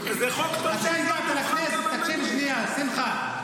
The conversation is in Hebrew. זה חוק טוב --- תקשיב לי שנייה, שמחה.